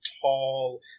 tall